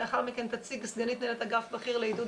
לאחר מכן תציג סגנית מנהלת אגף בכיר לעידוד